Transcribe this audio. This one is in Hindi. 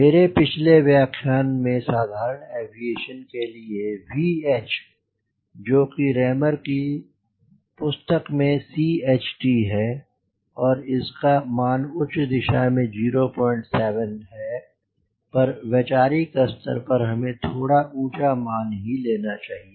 मेरे पिछले व्याख्यान में मैंने साधारण एविएशन के लिए VH जो कि Raymer की पुस्तक में CHT है और इसका मान उच्च दिशा में 07 है पर वैचारिक स्तर पर हमें थोड़ा ऊँचा मान ही लेना चाहिए